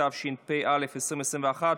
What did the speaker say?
התשפ"א 2021,